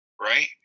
Right